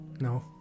No